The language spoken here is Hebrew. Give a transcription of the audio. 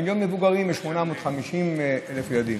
מיליון מבוגרים ו-850,000 ילדים.